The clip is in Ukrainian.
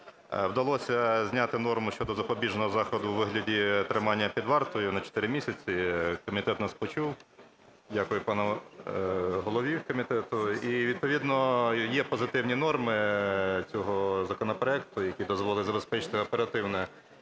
вдалося зняти норми щодо запобіжного заходу у вигляді тримання під вартою на 4 місяці. Комітет нас почув. Дякую пану голові комітету. І відповідно є позитивні норми цього законопроекту, які дозволили забезпечити оперативне